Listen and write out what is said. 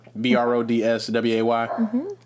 B-R-O-D-S-W-A-Y